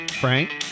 Frank